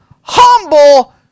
humble